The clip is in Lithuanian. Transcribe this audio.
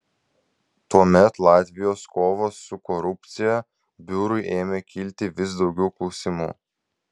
tuomet latvijos kovos su korupcija biurui ėmė kilti vis daugiau klausimų